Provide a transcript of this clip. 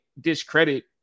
discredit